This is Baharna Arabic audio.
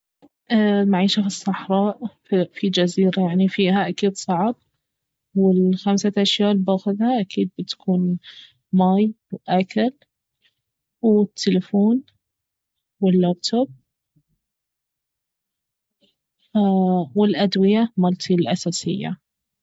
المعيشة في الصحراء في جزيرة يعني فيها اكيد صعب والخمسة أشياء الي باخذها اكيد بتكون ماي وأكل والتلفون واللابتوب والأدوية مالتي الأساسية